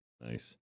nice